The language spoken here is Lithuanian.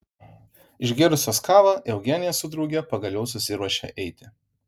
išgėrusios kavą eugenija su drauge pagaliau susiruošė eiti